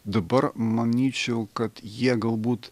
dabar manyčiau kad jie galbūt